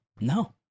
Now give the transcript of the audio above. No